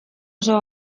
oso